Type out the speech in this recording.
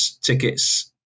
tickets